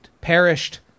perished